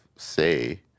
say